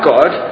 God